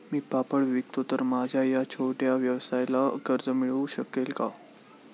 मी पापड विकतो तर माझ्या या छोट्या व्यवसायाला कर्ज मिळू शकेल का?